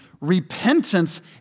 Repentance